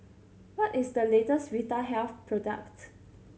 what is the latest Vitahealth product